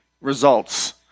results